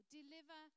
deliver